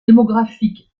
démographique